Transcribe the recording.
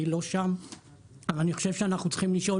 אני לא שם אבל אנחנו חושב שאנחנו צריכים לשאול